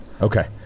Okay